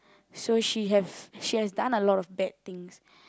so she have she has done a lot of bad things